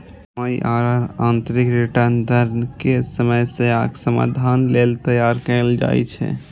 MIRR आंतरिक return दर के समस्याक समाधान लेल तैयार कैल जाइ छै